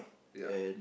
ya